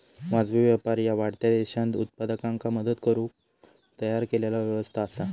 वाजवी व्यापार ह्या वाढत्या देशांत उत्पादकांका मदत करुक तयार केलेला व्यवस्था असा